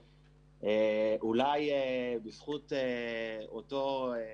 דווקא רוצה לפתוח עם משרד האוצר.